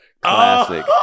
Classic